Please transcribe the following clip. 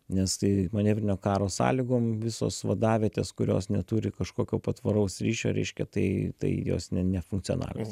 nes tai manevrinio karo sąlygom visos vadavietės kurios neturi kažkokio patvaraus ryšio reiškia tai tai jos ne nefunkcionalios